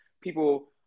people